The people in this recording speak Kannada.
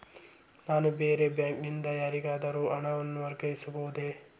ನಾನು ಬೇರೆ ಬ್ಯಾಂಕ್ ನಿಂದ ಯಾರಿಗಾದರೂ ಹಣವನ್ನು ವರ್ಗಾಯಿಸಬಹುದೇ?